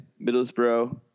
Middlesbrough